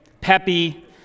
peppy